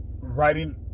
Writing